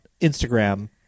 instagram